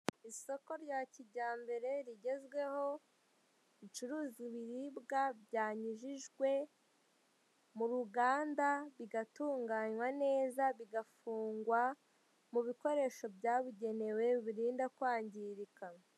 Isoko rya kujyambere rigezweho ricuruza ibiribwa byanyujijwe mu ruganda bigatunganywa neza bigafungwa mu bikoresho byabugenewe bibirinda kwangirika .